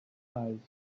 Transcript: eyes